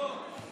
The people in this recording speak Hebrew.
נכון.